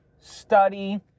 study